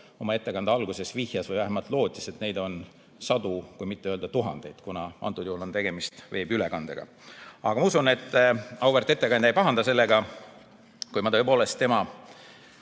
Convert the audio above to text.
oma ettekande alguses vihjas või vähemalt lootis, on neid sadu, kui mitte tuhandeid, kuna antud juhul on tegemist veebiülekandega. Aga ma usun, et auväärt ettekandja ei pahanda, kui ma tõepoolest tema